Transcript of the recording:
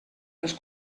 els